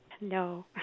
no